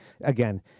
again